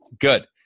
good